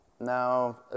Now